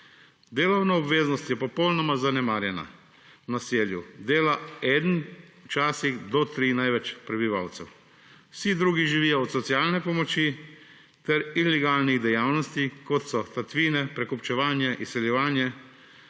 Delovna obveznost je popolnoma zanemarjena. V naselju dela eden, včasih največ do trije prebivalci. Vsi drugi živijo od socialne pomoči ter ilegalnih dejavnosti, kot so tatvine, prekupčevanje, izsiljevanje.